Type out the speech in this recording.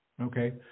Okay